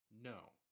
No